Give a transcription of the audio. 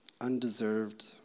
Undeserved